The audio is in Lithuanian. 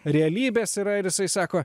realybės yra ir jisai sako